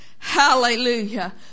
Hallelujah